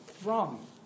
wrong